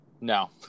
no